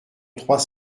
trois